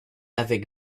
avec